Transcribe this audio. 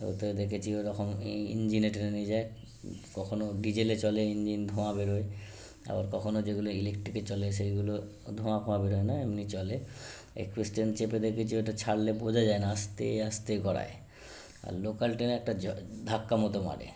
ওতে দেকেছি ওরকম এই ইঞ্জিনে টেনে নিয়ে যায় কখনও ডিজেলে চলে ইঞ্জিন ধোঁয়া বেরোয় আবার কখনও যেগুলো ইলেকটিকে চলে সেইগুলো ধোঁয়া ফোয়া বেরোয় না এমনি চলে এক্সপ্রেস ট্রেন চেপে দেকেছি ওটা ছাড়লে বোঝা যায় না আস্তে আস্তে গড়ায় আর লোকাল ট্রেন একটা ঝ ধাক্কা মতো মারে